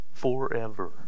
forever